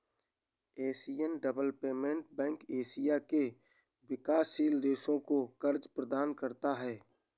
Asian Development Bank Asia के विकासशील देशों को कर्ज प्रदान करता है